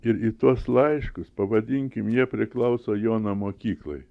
ir į tuos laiškus pavadinkim jie priklauso jono mokyklai